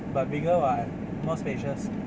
but bigger [what] more spacious